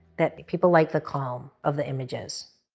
that people like the calm of the images.